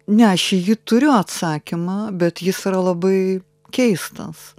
ne aš jį turiu atsakymą bet jis yra labai keistas